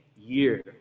year